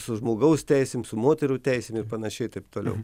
su žmogaus teisėm su moterų teisėm ir panašiai ir taip toliau